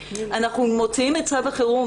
אנחנו מוציאים את תו החירום.